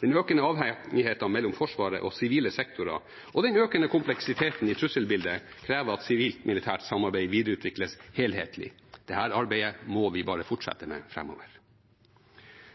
Den økende avhengigheten mellom Forsvaret og sivile sektorer og den økende kompleksiteten i trusselbildet krever at sivilt-militært samarbeid videreutvikles helhetlig. Dette arbeidet må vi bare fortsette med fremover.